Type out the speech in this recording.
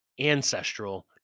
ancestral